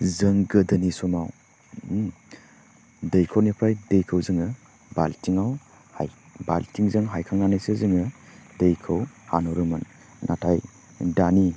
जों गोदोनि समाव दैखरनिफ्राय दैखौ जोङो बाल्टिङाव हाय बाल्टिंजों हायखांनानैसो जोङो दैखौ हानहरोमोन नाथाय दानि